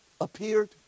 appeared